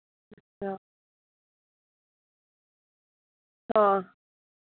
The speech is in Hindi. हाँ हाँ